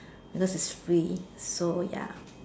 because it's free so ya